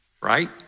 right